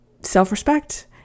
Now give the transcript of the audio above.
self-respect